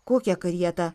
kokią karietą